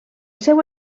seu